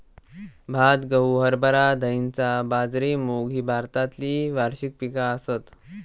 भात, गहू, हरभरा, धैंचा, बाजरी, मूग ही भारतातली वार्षिक पिका आसत